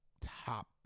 top